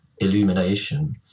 illumination